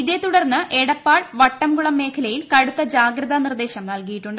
ഇതേ തുടർന്ന് എടപ്പാൾ വട്ടംകുളം മേഖലയിൽ കടുത്ത ജാഗ്രതാ നിർദ്ദേശം നൽകിയിട്ടുണ്ട്